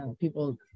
people